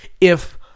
if-